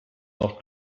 nach